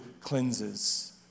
cleanses